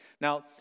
Now